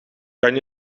kan